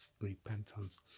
Repentance